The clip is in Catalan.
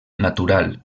natural